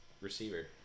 receiver